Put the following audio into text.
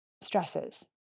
stresses